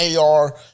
AR